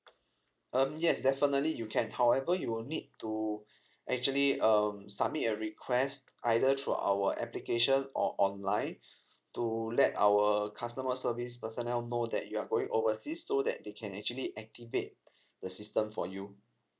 um yes definitely you can however you will need to actually um submit a request either through our application or online to let our customer service personnel know that you are going overseas so that they can actually activate the system for you